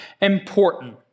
important